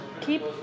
keep